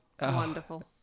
Wonderful